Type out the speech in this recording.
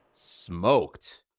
smoked